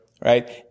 right